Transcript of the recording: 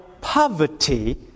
poverty